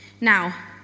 Now